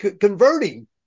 converting